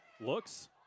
looks